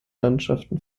landschaften